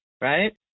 right